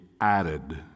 added